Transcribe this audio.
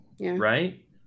Right